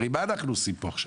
הרי מה אנחנו עושים פה עכשיו?